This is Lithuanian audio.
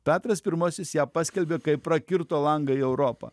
petras pirmasis ją paskelbė kaip prakirto langą į europą